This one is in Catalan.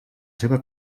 seva